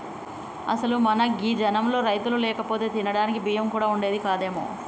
అసలు మన గీ జనంలో రైతులు లేకపోతే తినడానికి బియ్యం కూడా వుండేది కాదేమో